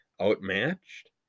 outmatched